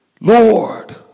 Lord